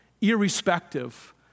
irrespective